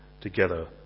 together